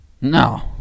No